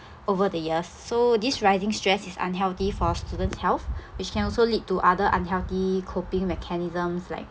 over the years so this rising stress is unhealthy for student's health which can also lead to other unhealthy coping mechanisms like